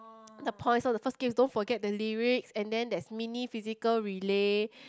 the points lor the first game is don't forget the lyrics and then there's mini physical relay